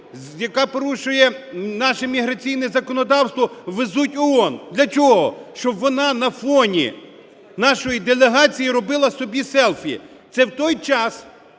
яка порушує наше міграційне законодавство, везуть в ООН. Для чого? Щоб вона на фоні нашої делегації робила собі селфі. Це в той час,